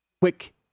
quick